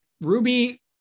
Ruby